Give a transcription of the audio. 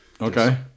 Okay